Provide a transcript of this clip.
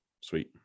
Sweet